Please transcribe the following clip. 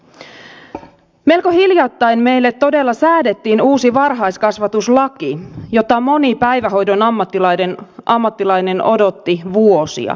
melko hiljattain meille todella säädettiin uusi varhaiskasvatuslaki jota moni päivähoidon ammattilainen odotti vuosia vuosikymmeniä jopa